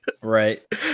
Right